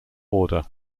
order